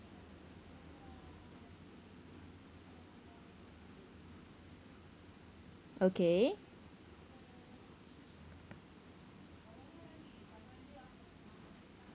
okay